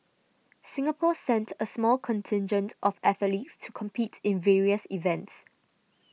singapore sent a small contingent of athletes to compete in various events